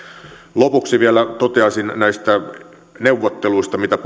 lopuksi vielä toteaisin näistä neuvotteluista mitä